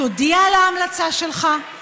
תודיע על ההמלצה שלך,